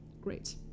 great